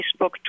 Facebook